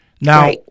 Now